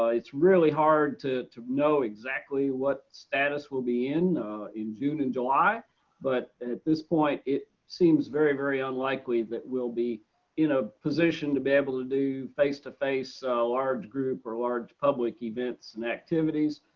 it's really hard to to know exactly what status we'll be in in june and july but at this point it seems very very unlikely that we'll be in a position to be able to do face to face so large group or large public events and activities.